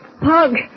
Pug